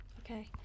Okay